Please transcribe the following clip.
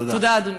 תודה, אדוני.